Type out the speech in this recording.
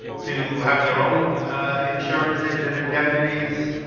to have their own insurances and indemnities